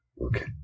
Okay